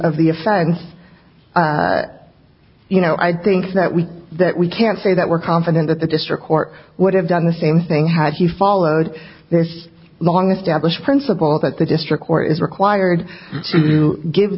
of the offense you know i think that we that we can't say that we're confident that the district court would have done the same thing had he followed this long established principle that the district court is required to give